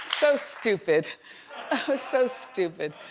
so stupid, i was so stupid.